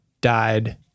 died